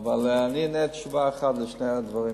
אבל אענה תשובה אחת על שני הדברים.